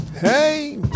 Hey